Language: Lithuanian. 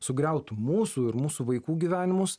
sugriaut mūsų ir mūsų vaikų gyvenimus